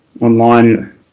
online